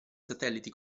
satelliti